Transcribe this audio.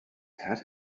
pat